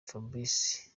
fabrice